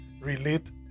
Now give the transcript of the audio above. relate